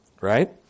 right